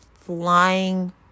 flying